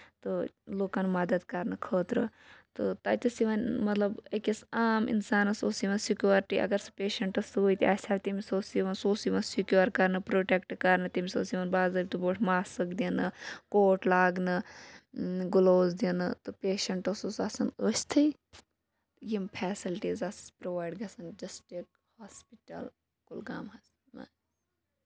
تہٕ لُکَن مدد کرنہٕ خٲطرٕ تہٕ تَتہِ ٲسۍ یِوان مطلب أکِس عام اِنسانَس اوس یِوان سِکِیورٹی اَگر سُہ پیشَنٹَس سۭتۍ آسہِ ہا تٔمِس اوس یِوان سُہ اوس یِوان سِکیور کرنہٕ پروٹیٚکٹ کرنہٕ تٔمِس ٲسۍ یِوان باضٲبطہٕ پٲٹھۍ ماسٕکۍ دِنہٕ کوٹ لاگنہٕ گٕلووٕز دِنہٕ تہٕ پیشَنٹ اوسُس آسان ٲستھٕے یِم فیسَلٹیٖز آسہٕ پرووایڈ گژھان ڈِسٹرک ہاسپِٹَل کُلگامَس